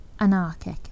anarchic